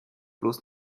bloß